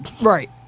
Right